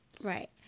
Right